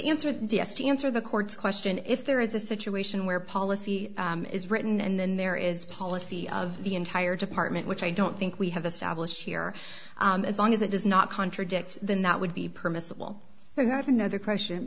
answer d s to answer the court's question if there is a situation where policy is written and then there is a policy of the entire department which i don't think we have established here as long as it does not contradict than that would be permissible to have another question